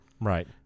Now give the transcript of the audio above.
Right